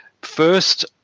First